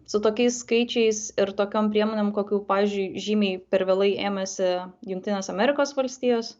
su tokiais skaičiais ir tokiom priemonėm kokių pavyzdžiui žymiai per vėlai ėmėsi jungtinės amerikos valstijos